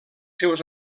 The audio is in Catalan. seus